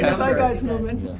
zeitgeist movement.